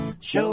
Show